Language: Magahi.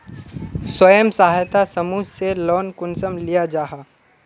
स्वयं सहायता समूह से लोन कुंसम लिया जाहा?